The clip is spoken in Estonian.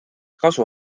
kasu